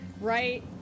right